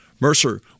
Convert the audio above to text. mercer